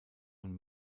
und